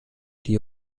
die